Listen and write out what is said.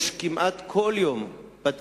כמעט כל יום יש שם תאונה,